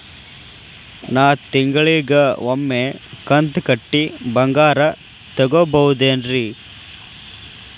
ನಾ ತಿಂಗಳಿಗ ಒಮ್ಮೆ ಕಂತ ಕಟ್ಟಿ ಬಂಗಾರ ತಗೋಬಹುದೇನ್ರಿ?